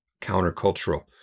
countercultural